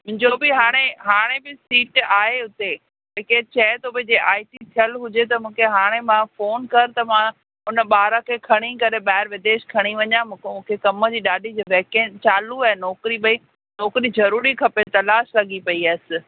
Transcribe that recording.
जो बि हाणे हाणे बि सीट आहे हुते भई केर चवे थो भई जे आई टी थियल हुजे त मूंखे हाणे मां फ़ोन कर त मां हुन ॿार खे खणी करे ॿाहिरि विदेश खणी वञा मूंखे उते कमु जी ॾाढी वेके चालू आहे नौकरी भई नौकरी ज़रूरी खपे तलाश लॻी पेई आहेसि